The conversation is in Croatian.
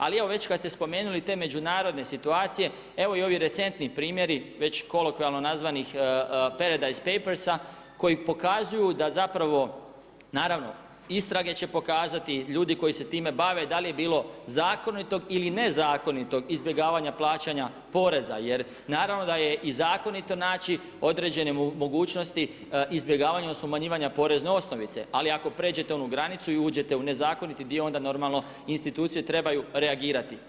Ali evo već kad ste spomenuli te međunarodne situacije, evo i ovi recentni primjeri već kolokvijalno nazvanih paradise papersa, koji pokazuju da zapravo naravno istrage će pokazati, ljudi koji se time bave dal' je bilo zakonitog ili nezakonitog izbjegavanja plaćanja poreza jer naravno da je i zakonito naći određene mogućnosti izbjegavanja odnosno umanjivanja porezne osnovice ali ako pređete onu granicu i uđete u nezakoniti dio, onda normalno institucije trebaju reagirati.